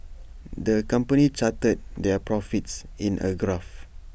the company charted their profits in A graph